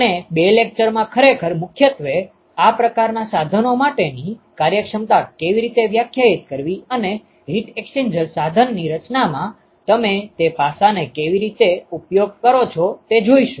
આપણે બે લેક્ચરમાં ખરેખર મુખ્યત્વે આ પ્રકારના સાધનો માટેની કાર્યક્ષમતા કેવી રીતે વ્યાખ્યાયિત કરવી અને હીટ એક્સ્ચેન્જર સાધનની રચનામાં તમે તે પાસાને કેવી રીતે ઉપયોગ કરો છો તે જોઈશું